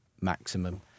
maximum